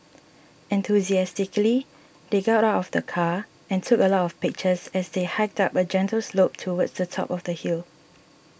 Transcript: enthusiastically they got out of the car and took a lot of pictures as they hiked up a gentle slope towards the top of the hill